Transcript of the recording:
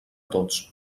tots